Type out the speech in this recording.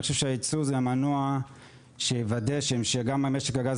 אני חושב שהייצוא זה המנוע שיוודא שגם משק הגז